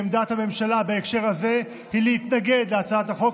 עמדת הממשלה בהקשר הזה היא להתנגד להצעת החוק